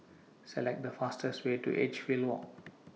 Select The fastest Way to Edgefield Walk